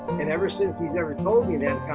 and ever since he's ever told me that,